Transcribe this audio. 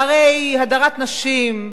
והרי הדרת נשים,